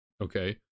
okay